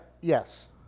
Yes